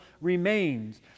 remains